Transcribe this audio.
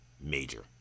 major